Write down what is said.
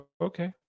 okay